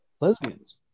lesbians